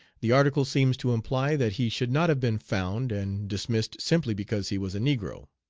the article seems to imply that he should not have been found and dismissed simply because he was a negro.